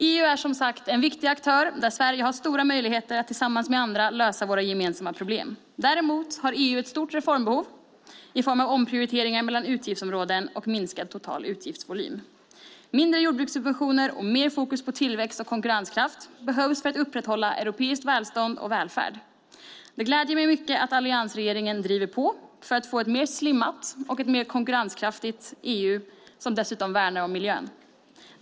EU är som sagt en viktig aktör där Sverige har stora möjligheter att tillsammans med andra lösa våra gemensamma problem. Däremot har EU ett stort reformbehov i form av omprioriteringar mellan utgiftsområden och minskad total utgiftsvolym. Mindre jordbrukssubventioner och mer fokus på tillväxt och konkurrenskraft behövs för att upprätthålla europeiskt välstånd och europeisk välfärd. Det gläder mig mycket att alliansregeringen driver på för att få ett mer slimmat och mer konkurrenskraftigt EU som dessutom värnar om miljön.